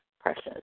precious